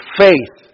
faith